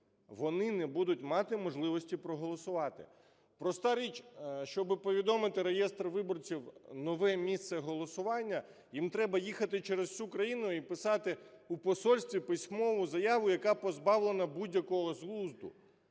Вони не будуть мати можливості проголосувати. Проста річ. Щоб повідомити реєстр виборів нове місце голосування, їм треба їхати через усю країну і писати у посольстві письмову заяву, яка позбавлена будь-якого глузду.